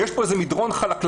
ויש פה איזה מדרון חלקלק.